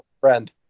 friend